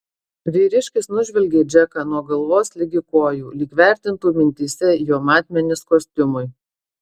vyriškis nužvelgė džeką nuo galvos ligi kojų lyg vertintų mintyse jo matmenis kostiumui